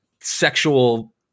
sexual